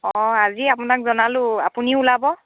অঁ আজি আপোনাক জনালোঁ আপুনিও ওলাব